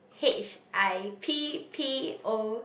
H I P P O